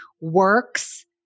works